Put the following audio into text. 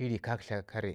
ii ri kaktla kare